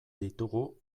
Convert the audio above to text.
ditugu